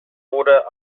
oder